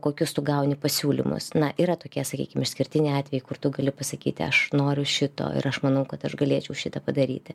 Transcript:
kokius tu gauni pasiūlymus na yra tokie sakykim išskirtiniai atvejai kur tu gali pasakyti aš noriu šito ir aš manau kad aš galėčiau šitą padaryti